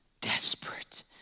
desperate